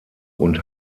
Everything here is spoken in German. und